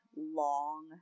long